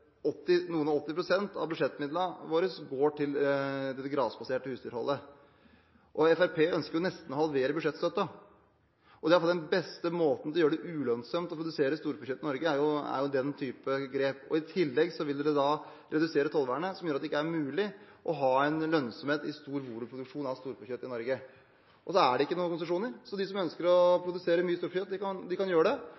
ikke. Noen og åtti prosent av budsjettmidlene våre går til det grasbaserte husdyrholdet. Fremskrittspartiet ønsker å nesten halvere budsjettstøtten. Den beste måten å gjøre det ulønnsomt å produsere storfekjøtt i Norge på, er jo den slags grep. I tillegg vil Fremskrittspartiet redusere tollvernet, slik at det ikke er mulig å ha lønnsomhet for stor volumproduksjon av storfekjøtt i Norge. Det er altså ingen konsesjoner, så de som ønsker å